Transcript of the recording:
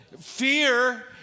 Fear